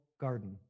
garden